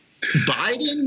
Biden –